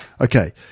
Okay